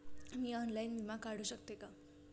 मी online विमा काढू शकते का?